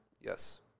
yes